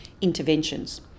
interventions